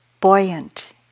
buoyant